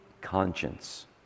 conscience